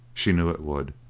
she knew it would,